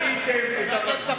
למי הוא מיועד?